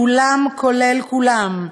כולם, כולל כולם,